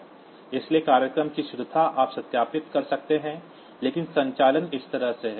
इसलिए प्रोग्राम की शुद्धता आप सत्यापित कर सकते हैं लेकिन संचालन इस तरह हैं